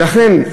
לסיום,